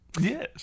Yes